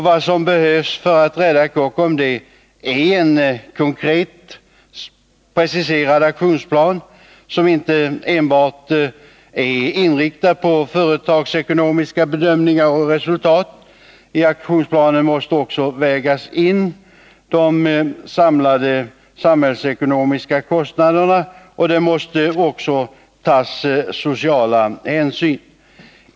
Vad som behövs för att rädda Kockums är en konkret preciserad aktionsplan, som inte enbart är inriktad på företagsekonomiska bedömningar och resultat. I aktionsplanen måste vägas in de samlade samhällsekonomiska kostnaderna, och det måste också tas sociala hänsyn.